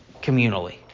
communally